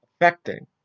affecting